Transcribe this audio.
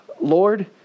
Lord